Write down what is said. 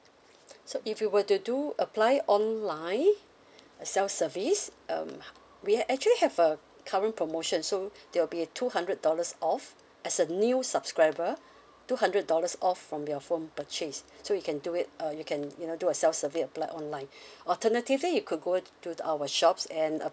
so if you were to do apply online self-service um we actually have a current promotion so there'll be a two hundred dollars off as a new subscriber two hundred dollars off from your phone purchase so you can do it uh you can you know do a self-service apply online alternatively you could go to our shops and